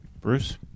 Bruce